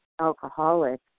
alcoholic